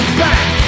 back